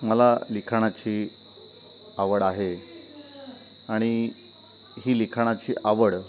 मला लिखाणाची आवड आहे आणि ही लिखाणाची आवड